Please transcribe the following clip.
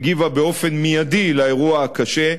הגיבה באופן מיידי על האירוע הקשה,